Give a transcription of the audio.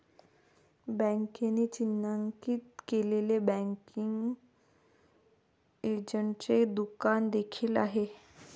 बँकेने चिन्हांकित केलेले बँकिंग एजंटचे दुकान देखील आहे